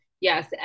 Yes